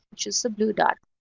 which is the blue dot.